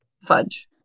Fudge